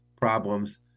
problems